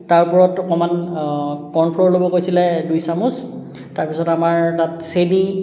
তাৰ ওপৰত অকণমান কৰ্ণফ্ল'ৰ ল'ব কৈছিলে দুই চামুচ তাৰপিছত আমাৰ তাত চেনি